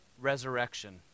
Resurrection